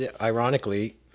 ironically